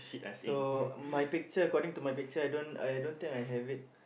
so my picture according to my picture I don't I don't think I have it